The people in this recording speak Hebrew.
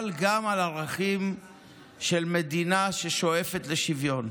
אבל גם על ערכים של מדינה ששואפת לשוויון.